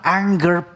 anger